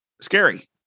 scary